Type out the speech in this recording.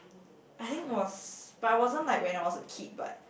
I think was but it wasn't like when I was a kid but